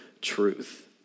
truth